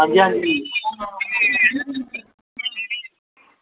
आं जी आं जी